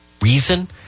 reason